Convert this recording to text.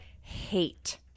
hate